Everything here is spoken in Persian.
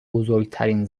بزرگترین